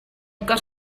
got